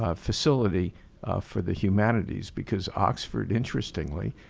ah facility for the humanities because oxford interestingly,